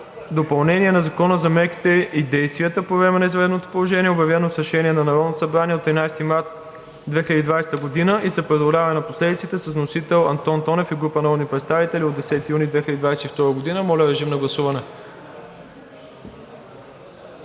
допълнение на Закона за мерките и действията по време на извънредното положение, обявено с решение на Народното събрание от 13 март 2020 г., и за преодоляване на последиците с вносител Антон Тонев и група народни представители на 10 юни 2022 г. Моля, режим на гласуване